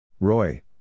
Roy